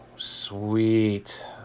Sweet